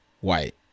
white